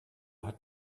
hat